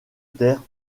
terre